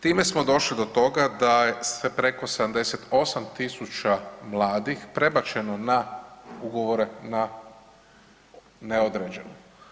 Time smo došli do toga da se preko 78 tisuća mladih prebačeno na ugovore na neodređeno.